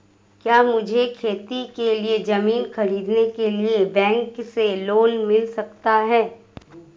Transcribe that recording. क्या मुझे खेती के लिए ज़मीन खरीदने के लिए बैंक से लोन मिल सकता है?